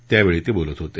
त्यावेळी ते बोलत होते